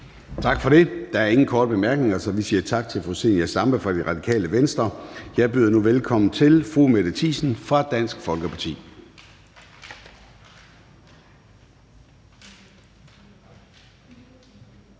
Tak for det. Der er ikke flere korte bemærkninger, så vi siger tak til fru Samira Nawa fra Radikale Venstre. Jeg byder nu velkommen til hr. Peter Kofod fra Dansk Folkeparti.